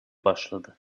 başladı